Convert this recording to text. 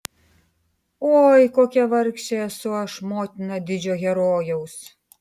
oi kokia vargšė esu aš motina didžio herojaus